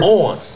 on